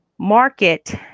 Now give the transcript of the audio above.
market